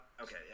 okay